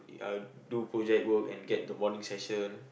uh do project work and get the bonding session